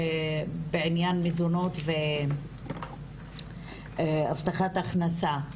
בעניין מזונות והבטחת הכנסה.